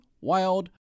Wild